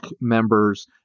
members